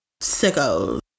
sickos